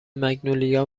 مگنولیا